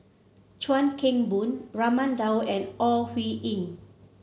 Chuan Keng Boon Raman Daud and Ore Huiying